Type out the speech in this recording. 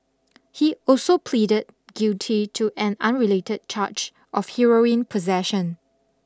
he also pleaded guilty to an unrelated charge of heroin possession